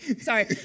Sorry